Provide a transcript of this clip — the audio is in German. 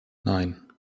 nein